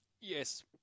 Yes